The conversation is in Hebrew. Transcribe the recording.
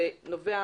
זה נובע